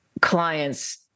clients